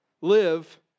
live